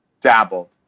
dabbled